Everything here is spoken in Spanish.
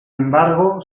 embargo